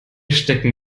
stecken